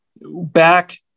back